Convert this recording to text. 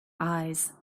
eyes